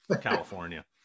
california